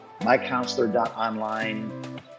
mycounselor.online